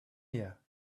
here